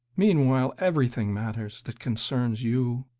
meanwhile everything matters that concerns you,